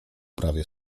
prawie